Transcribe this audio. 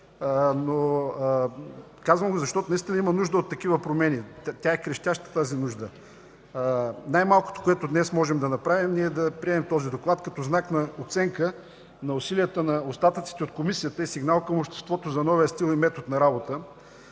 – казвам го, защото наистина има нужда от такива промени. Тази нужда е крещяща. Най-малкото, което днес можем да направим, е да приемем този доклад, като знак на оценка на усилията на остатъците от Комисията и сигнал към обществото за новия стил и метод на работа.